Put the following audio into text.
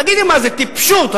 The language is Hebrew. תגיד, מה זה, טיפשות?